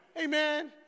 Amen